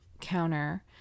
counter